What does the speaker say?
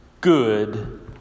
good